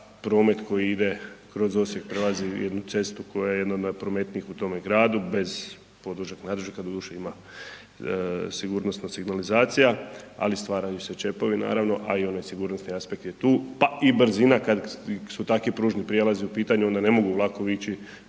promet koji ide kroz Osijek prelazi jednu cestu koja je jedna od najprometnijih u tome gradu bez podvožnjaka, nadvožnjaka, doduše ima sigurnosna signalizacija, ali stvaraju se čepovi naravno, a i onaj sigurnosni aspekt je tu, pa i brzina kad su takvi pružni prijelazi u pitanju onda ne mogu vlakovi